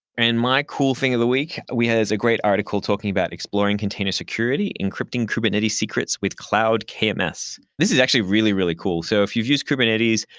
and my cool thing of the week week there's a great article talking about exploring container security, encrypting kubernetes secrets with cloud kms. um this this is actually really, really cool. so if you used kubernetes,